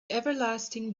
everlasting